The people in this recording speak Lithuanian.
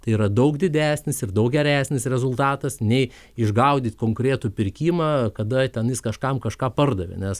tai yra daug didesnis ir daug geresnis rezultatas nei išgaudyt konkretų pirkimą kada ten jis kažkam kažką pardavė nes